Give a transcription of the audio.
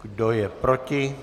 Kdo je proti?